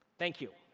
thank you